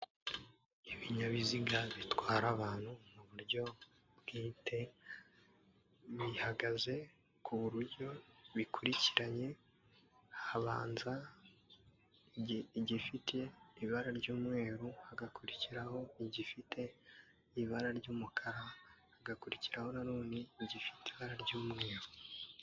Ibinyabiziga bitwara abantu mu buryo bwite, bihagaze ku buryo bikurikiranye, habanza igifite ibara ry'umweru, hagakurikiraho igifite ibara ry'umukara, hagakurikiraho na none igifite ibara ry'umweru.